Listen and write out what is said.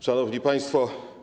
Szanowni Państwo!